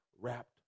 wrapped